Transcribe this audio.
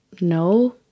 no